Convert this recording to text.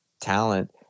talent